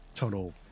Total